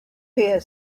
here